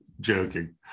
joking